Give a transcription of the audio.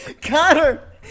Connor